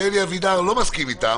שאלי אבידר לא מסכים איתם,